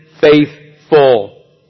faithful